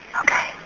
Okay